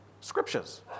scriptures